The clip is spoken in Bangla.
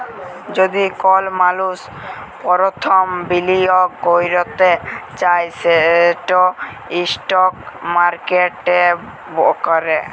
যদি কল মালুস পরথম বিলিয়গ ক্যরতে চায় সেট ইস্টক মার্কেটে ক্যরে